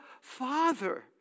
Father